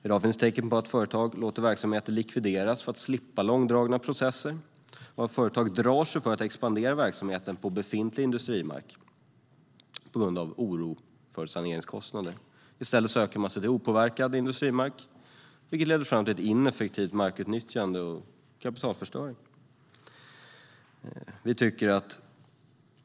I dag finns det tecken på att företag låter verksamheter likvideras för att slippa långdragna processer och att företag drar sig för att expandera verksamheten på befintlig industrimark på grund av oro för saneringskostnader. I stället söker de sig till opåverkad industrimark, vilket leder fram till ett ineffektivt markutnyttjande och kapitalförstöring.